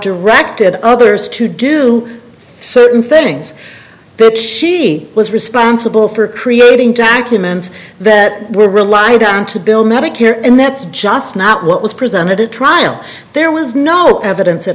directed others to do certain things that she was responsible for creating jackie amends that were relied on to bill medicare and that's just not what was presented at trial there was no evidence a